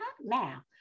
now